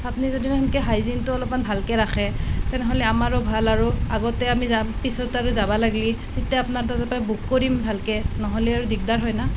আপুনি যদি সেনকৈ হাইজিনটো অলপমান ভালকৈ ৰাখে তেনেহ'লে আমাৰো ভাল আৰু আগতে আমি যাম পিছত আৰু যাব লাগিলে তেতিয়া আপোনাৰ তাৰ পৰাই বুক কৰিম ভালকৈ নহ'লে আৰু দিগদাৰ হয় না